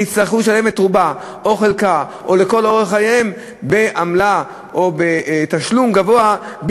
יצטרכו לשלם את רובה או חלקה או לכל אורך חייהם בעמלה או בתשלום גבוה.